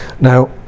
Now